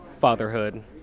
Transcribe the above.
fatherhood